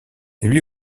lui